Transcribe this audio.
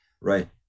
Right